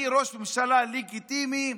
אני ראש ממשלה לגיטימי,